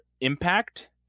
impact